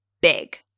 BIG